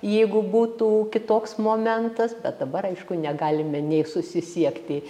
jeigu būtų kitoks momentas bet dabar aišku negalime nei susisiekti